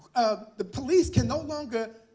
the police can no longer